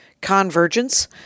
Convergence